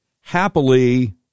happily